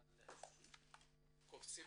הם קופצים